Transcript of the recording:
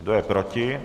Kdo je proti?